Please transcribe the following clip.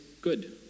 good